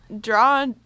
Draw